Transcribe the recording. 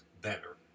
better